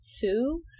two